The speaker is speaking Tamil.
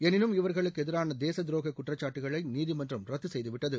எனினும் இவர்களுக்கு எதிரான தேச தூரோக குற்றச்சாட்டுக்களை நீதிமன்றம் ரத்து செய்துவிட்டது